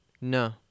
No